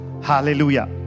hallelujah